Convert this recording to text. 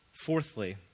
Fourthly